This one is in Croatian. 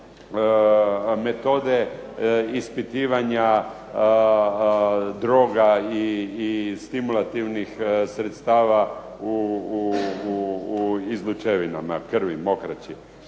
metode ispitivanja droga i stimulativnih sredstava u izlučevinama krvi, mokraći.